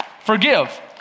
Forgive